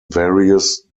various